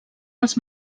els